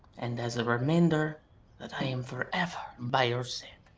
and as a reminder that i am forever by your side.